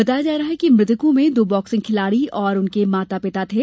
बताया जा रहा है कि मृतकों में दो बॉक्सिंग खिलाड़ी और उनके माता पिता थे